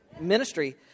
ministry